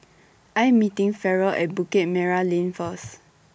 I'm meeting Ferrell At Bukit Merah Lane First